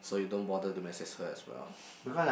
so you don't bother to message her as well